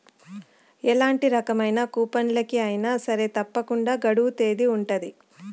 ఎలాంటి రకమైన కూపన్లకి అయినా సరే తప్పకుండా గడువు తేదీ ఉంటది